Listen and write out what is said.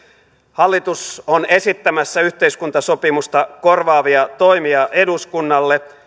hallitus on esittämässä yhteiskuntasopimusta korvaavia toimia eduskunnalle